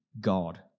God